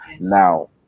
now